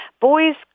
Boys